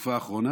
בתקופה האחרונה?